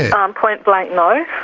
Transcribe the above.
um point blank no.